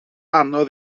anodd